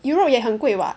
Europe 也很贵 [what]